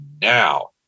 now